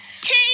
two